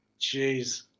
Jeez